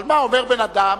אבל מה, אומר בן-אדם: